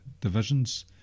divisions